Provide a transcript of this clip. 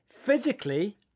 physically